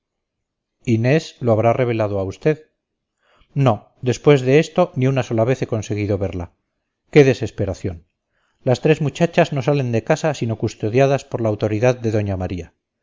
inés lo habrá revelado a usted no después de esto ni una sola vez he conseguido verla qué desesperación las tres muchachas no salen de casa sino custodiadas por la autoridad de doña maría